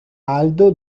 aldo